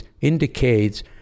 indicates